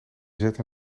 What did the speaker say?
zette